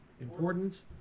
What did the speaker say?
important